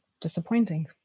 disappointing